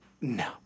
No